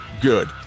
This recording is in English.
good